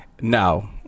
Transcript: No